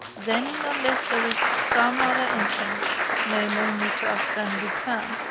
then, unless there is some other entrance, known only to arsene lupin,